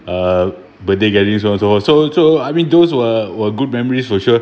uh but they get this one also so so I mean those were were good memories for sure